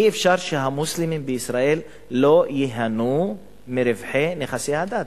אי-אפשר שהמוסלמים בישראל לא ייהנו מרווחי נכסי הדת.